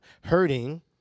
hurting